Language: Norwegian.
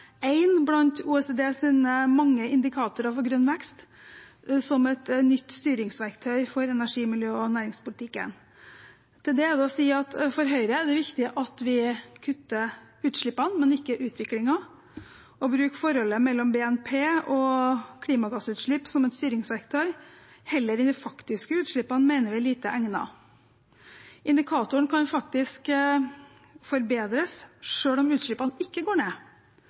blant OECDs mange indikatorer for grønn vekst, som et nytt styringsverktøy for energi-, miljø- og næringspolitikken. Til det er å si at for Høyre er det viktig at vi kutter utslippene, men ikke utviklingen. Å bruke forholdet mellom BNP og klimagassutslipp som et styringsverktøy heller enn de faktiske utslippene mener vi er lite egnet. Indikatorene kan faktisk forbedres selv om utslippene ikke går ned,